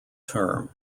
term